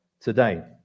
today